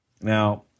Now